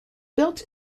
built